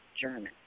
German